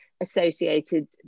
associated